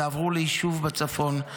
ועברו ליישוב בצפון.